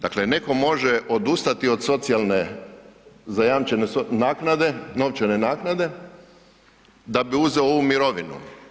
Dakle netko može odustati od socijalne, zajamčene naknade, novčane naknade, da bi uzeo ovu mirovinu.